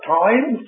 time